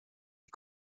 est